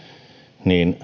niin